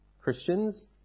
Christians